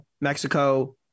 Mexico